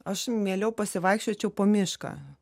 aš mieliau pasivaikščiočiau po mišką